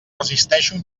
resisteixo